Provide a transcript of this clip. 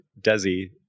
DESI